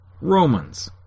Romans